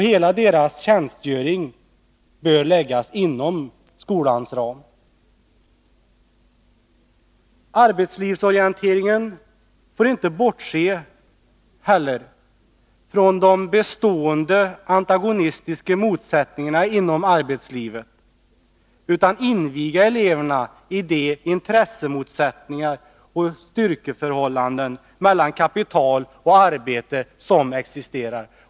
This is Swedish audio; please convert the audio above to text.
Hela deras tjänstgöring bör läggas inom skolans ram. I arbetslivsorienteringen får man inte heller bortse från de bestående antagonistiska förhållandena inom arbetslivet. Man måste inviga eleverna i de intressemotsättningar och styrkeförhållanden mellan kapital och arbete som existerar.